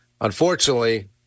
unfortunately